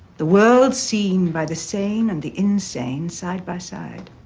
the world seen by the sane and the insane side by side.